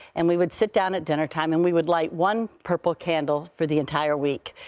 and we would sit down at dinner time and we would light one purple candle for the entire week.